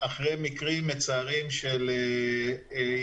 אחרי מקרים מצערים של ילדים,